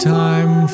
time